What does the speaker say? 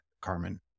Carmen